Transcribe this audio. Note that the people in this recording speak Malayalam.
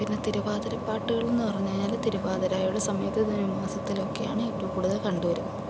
പിന്നെ തിരുവാതിരപ്പാട്ടുകളെന്നു പറഞ്ഞു കഴിഞ്ഞാൽ തിരുവാതിരയുടെ സമയത്ത് ധനുമാസത്തിലൊക്കെയാണ് ഏറ്റവും കൂടുതൽ കണ്ടുവരുന്നത്